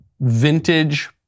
vintage